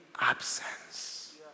absence